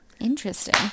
Interesting